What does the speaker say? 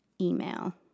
email